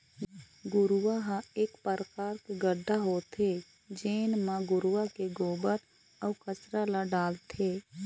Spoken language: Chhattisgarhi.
घुरूवा ह एक परकार के गड्ढ़ा होथे जेन म गरूवा के गोबर, अउ कचरा ल डालथे